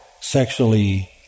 sexually